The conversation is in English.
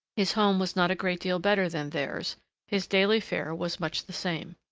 his home was not a great deal better than theirs his daily fare was much the same.